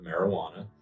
marijuana